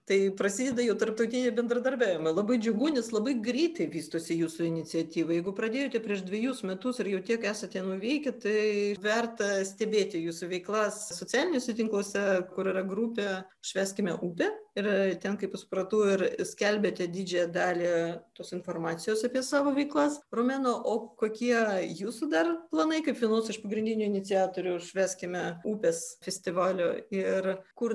tai prasideda jau tarptautiniai bendradarbiavimai labai džiugu nes labai greitai vystosi jūsų iniciatyva jeigu pradėjote prieš dvejus metus ir jau tiek esate nuveikę tai verta stebėti jūsų veiklas socialiniuose tinkluose kur yra grupė švęskime upę ir ten kaip supratau ir skelbiate didžiąją dalį tos informacijos apie savo veiklas romena o kokie jūsų dar planai kaip vienos iš pagrindinių iniciatorių švęskime upės festivalio ir kur